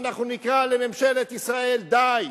ואנחנו נקרא לממשלת ישראל: די,